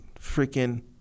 Freaking